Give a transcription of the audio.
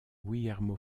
guillermo